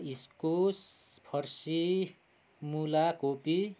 इस्कुस फर्सी मुला कोपी